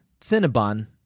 cinnabon